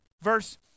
Verse